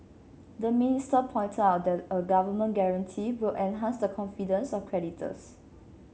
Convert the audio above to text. the minister pointed out that a government guarantee will enhance the confidence of creditors